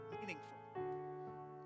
meaningful